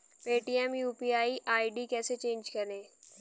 Paytm UPI ID कैसे change करें?